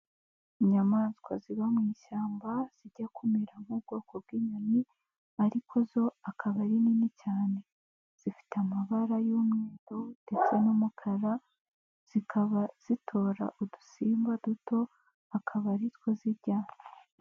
Inyamaswa ziba mu ishyamba zijya kumera nk'ubwoko bw'inyoni ariko zo akaba ari nini cyane, zifite amababa y'umweru ndetse n'umukara, zikaba zitora udusimba duto akaba ari two zirya.